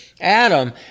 Adam